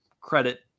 credit